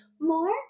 more